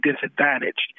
disadvantaged